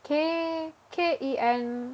K K E N